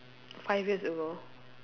five years ago